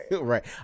right